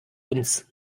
uns